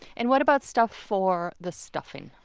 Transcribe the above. and what about stuff for the stuffing?